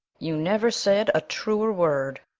you never said a truer word,